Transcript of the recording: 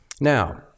now